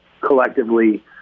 collectively